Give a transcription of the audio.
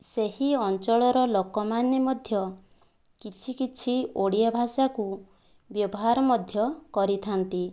ସେହି ଅଞ୍ଚଳର ଲୋକମାନେ ମଧ୍ୟ କିଛି କିଛି ଓଡ଼ିଆ ଭାଷାକୁ ବ୍ୟବହାର ମଧ୍ୟ କରିଥାନ୍ତି